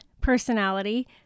personality